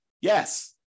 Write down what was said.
Yes